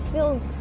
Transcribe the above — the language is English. feels